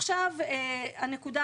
אגב,